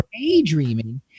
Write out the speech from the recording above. daydreaming